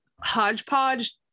hodgepodge